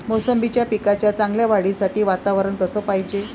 मोसंबीच्या पिकाच्या चांगल्या वाढीसाठी वातावरन कस पायजे?